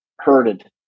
herded